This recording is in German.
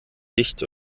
wicht